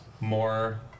more